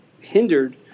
hindered